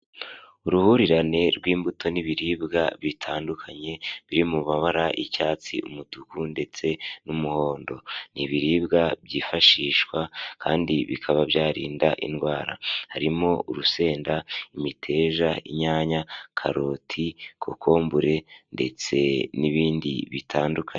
Uruhurirane rw'imbuto n'ibiribwa bitandukanye, biri mu mabara y'icyatsi, umutuku ndetse n'umuhondo. Ni ibiribwa byifashishwa kandi bikaba byarinda indwara. Harimo: urusenda, imiteja, inyanya, karoti, kokombure ndetse n'ibindi bitandukanye.